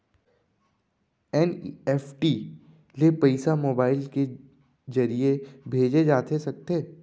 NEFT ले पइसा mobile के ज़रिए भेजे जाथे सकथे?